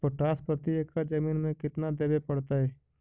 Potash प्रति एकड़ जमीन में केतना देबे पड़तै?